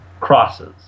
crosses